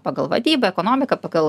pagal vadybą ekonomiką pagal